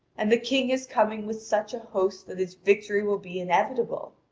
and the king is coming with such a host that his victory will be inevitable.